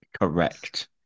Correct